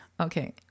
Okay